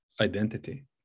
identity